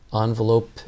envelope